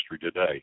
today